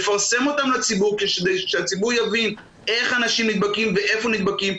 לפרסם אותן לציבור כדי שהציבור יבין איך אנשים נדבקים ואיפה נדבקים,